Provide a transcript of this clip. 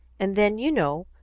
and then, you know,